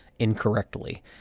incorrectly